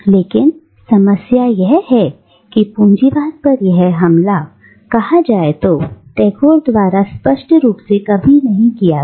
लेकिन समस्या यह है कि पूंजीवाद पर यह हमला कहा जाए तो टैगोर द्वारा स्पष्ट रूप से कभी नहीं किया गया